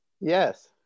Yes